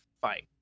fight